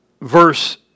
verse